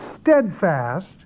steadfast